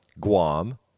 Guam